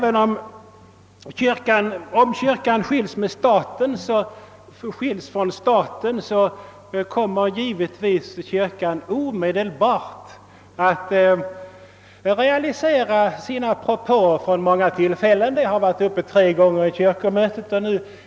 En från staten skild kyrka kommer omedelbart att realisera sina propåer från många tidigare tillfällen. Frågan har varit uppe vid kyrkomötet tre gånger.